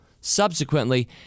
subsequently